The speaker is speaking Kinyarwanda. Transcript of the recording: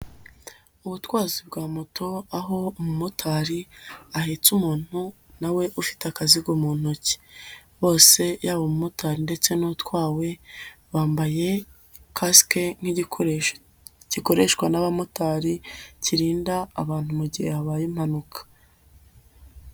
Ubutwazi bwa moto aho umumotari ahetse umuntu na we ufite akazigo mu ntoki, bose yaba umumotari ndetse n'uwutwawe bambaye kasike nk'igikoreshwa gikoreshwa n'abamotari kirinda abantu mu gihe habaye impanuka.